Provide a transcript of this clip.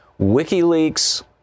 WikiLeaks